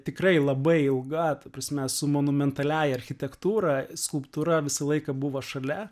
tikrai labai ilga ta prasme su monumentaliąja architektūra skulptūra visą laiką buvo šalia